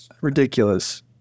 Ridiculous